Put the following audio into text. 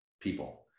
people